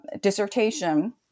dissertation